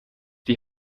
die